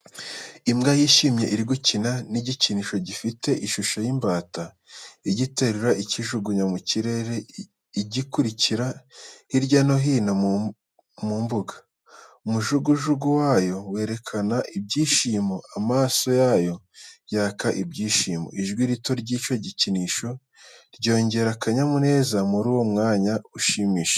Imbwa yishimye iri gukina n’igikinisho, gifite ishusho y’imbata, igiterura ikijugunya mu kirere, igikurikira hirya no hino mu mbuga. Umujugujugu wayo werekana ibyishimo, amaso yayo yaka ibyishimo. Ijwi rito ry’icyo gikinisho ryongera akanyamuneza muri uwo mwanya ushimishije.